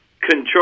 control